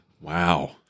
Wow